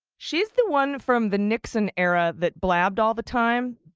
she's the one from the nixon era that blabbed all the time.